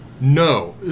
No